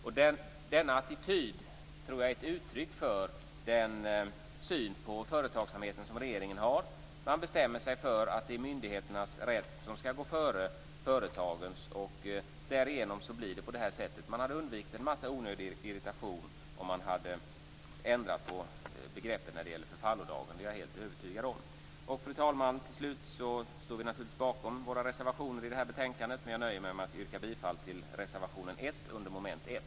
Denna attityd tror jag är ett uttryck för den syn på företagsamheten som regeringen har. Man bestämmer sig för att det är myndigheternas rätt som skall gå före företagens. Därigenom blir det på det här sättet. Man hade undvikit en massa onödig irritation om man hade ändrat på begreppen när det gäller förfallodagen, det är jag helt övertygad om. Fru talman! Vi står naturligtvis bakom våra reservationer i det här betänkandet. Men jag nöjer mig med att yrka bifall till reservation 1 under mom. 1.